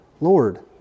Lord